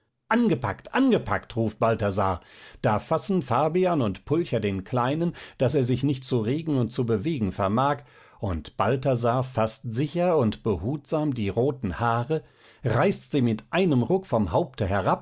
angepackt angepackt ruft balthasar da fassen fabian und pulcher den kleinen daß er sich nicht zu regen und zu bewegen vermag und balthasar faßt sicher und behutsam die roten haare reißt sie mit einem ruck vom haupte